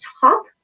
top